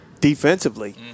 defensively